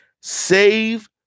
Save